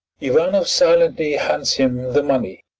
ivanoff silently hands him the money